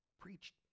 preached